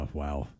wow